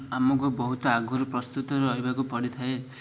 ଆମକୁ ବହୁତ ଆଗରୁ ପ୍ରସ୍ତୁତ ରହିବାକୁ ପଡ଼ିଥାଏ